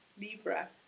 Libra